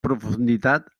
profunditat